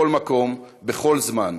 בכל מקום, בכל זמן.